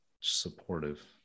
supportive